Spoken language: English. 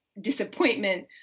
disappointment